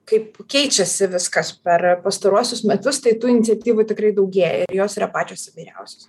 kaip keičiasi viskas per pastaruosius metus tai tų iniciatyvų tikrai daugėja ir jos yra pačios įvairiausios